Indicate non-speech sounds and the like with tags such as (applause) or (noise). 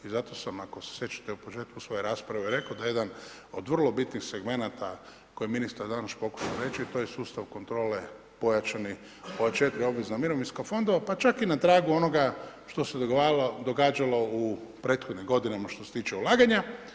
I zato sam, ako se sjećate, u početku svoje rasprave rekao da jedan od vrlo bitnih segmenata koje ministar danas pokušao reći, to je sustav kontrole pojačani ... (unintelligible) obveznih mirovinskih fondova, pa čak i na tragu onoga što se događalo u prethodnim godinama što se tiče ulaganja.